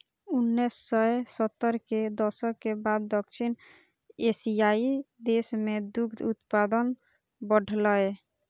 उन्नैस सय सत्तर के दशक के बाद दक्षिण एशियाइ देश मे दुग्ध उत्पादन बढ़लैए